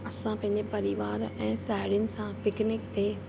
असां पंहिंजे परिवार ऐं साहेड़ियुनि सां पिकनिक ते